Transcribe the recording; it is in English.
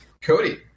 Cody